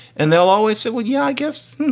and they'll always say, well yeah i guess,